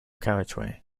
carriageway